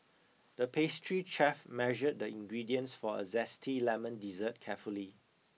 the pastry chef measured the ingredients for a zesty lemon dessert carefully